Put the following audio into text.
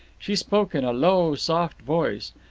she spoke in a low, soft voice.